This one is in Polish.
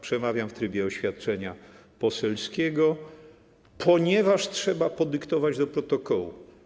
Przemawiam w trybie oświadczenia poselskiego, ponieważ trzeba podyktować do protokołu.